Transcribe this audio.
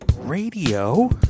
radio